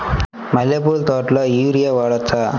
మల్లె పూల తోటలో యూరియా వాడవచ్చా?